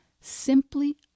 simply